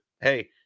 hey